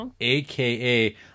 AKA